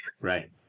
Right